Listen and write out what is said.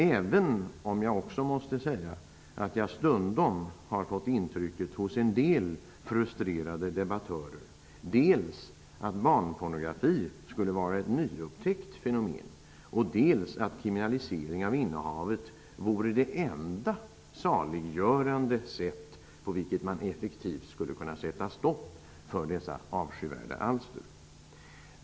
Men jag måste också säga att jag av en del frustrerade debattörer stundom har fått intrycket, dels att barnpornografi skulle vara ett nyupptäckt fenomen, dels att kriminalisering av innehavet vore det enda saliggörande sätt på vilket man skulle kunna sätta stopp för dessa avskyvärda alster.